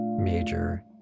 major